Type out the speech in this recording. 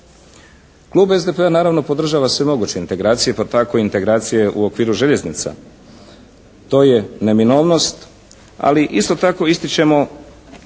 Klub SDP-a naravno podržava sve moguće integracije pa tako i integracije u okviru željeznica. To je neminovnost. Ali isto tako ističemo